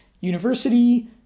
University